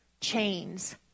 chains